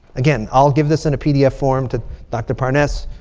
again, i'll give this in a pdf form to dr. parnes.